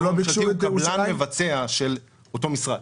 הדיור הממשלתי הוא קבלן מבצע של אותו משרד.